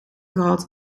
gehad